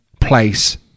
place